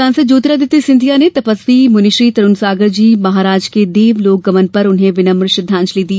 सांसद ज्योतिरादित्य सिंधिया ने तपस्वी मुनिश्री तरुणसागर जी महाराज के देवलोक गमन पर उन्हें विनग्र श्रद्वांजलि दी